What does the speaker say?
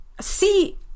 See